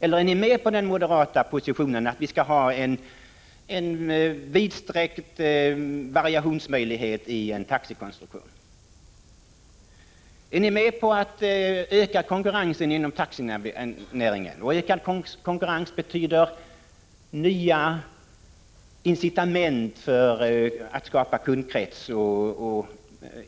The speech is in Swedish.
Eller är ni med på den moderata positionen att vi skall ha en vidsträckt variationsmöjlighet i taxekonstruktionen? Är ni med på att öka konkurrensen inom taxinäringen? Ökad konkurrens betyder nya incitament för att skapa kundkrets och